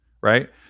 right